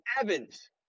Evans